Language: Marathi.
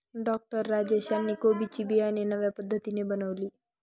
डॉक्टर राजेश यांनी कोबी ची बियाणे नव्या पद्धतीने बनवली